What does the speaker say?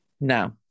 No